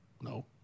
No